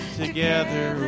together